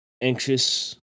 anxious